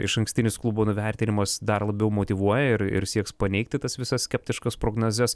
išankstinis klubo nuvertinimas dar labiau motyvuoja ir ir sieks paneigti tas visas skeptiškas prognozes